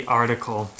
article